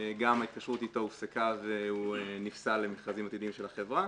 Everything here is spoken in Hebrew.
גם ההתקשרות אתו הופסקה והוא נפסל למכרזים עתידיים של החברה,